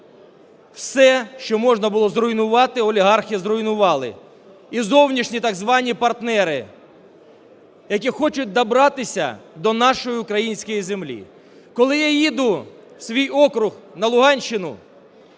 Все, що можна було зруйнувати – олігархи зруйнували і зовнішні так звані партнери, які хочуть добратися до нашої української землі. Коли я їду в свій округ на Луганщину,